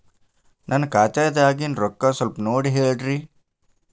ನನ್ನ ಖಾತೆದಾಗಿನ ರೊಕ್ಕ ಸ್ವಲ್ಪ ನೋಡಿ ಹೇಳ್ರಿ